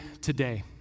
today